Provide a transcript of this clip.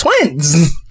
twins